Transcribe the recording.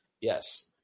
Yes